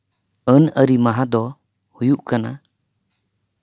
ᱟᱹᱱᱟᱹᱨᱤ ᱢᱟᱦᱟ ᱫᱚ ᱦᱩᱭᱩᱜ ᱠᱟᱱᱟ